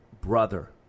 brother